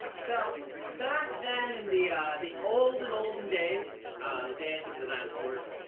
so back then in the the olden, olden days, the days of the dinosaurs,